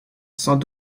sans